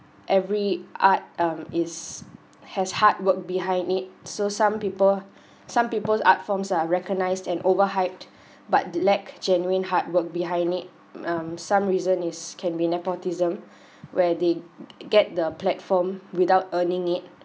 every art um is has hard work behind it so some people some people's art forms are recognised and over hyped but the lack genuine hard work behind it um some reason is can be nepotism where they get the platform without earning it